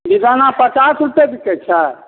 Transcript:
बिदाना पचास रुपए बिकै छै